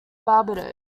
barbados